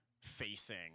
facing